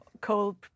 coal